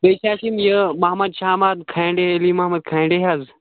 بیٚیہِ چھِ اَسہِ یِم یہِ محمد شعبان کھانٛڈے علی محمد کھانٛڈے حظ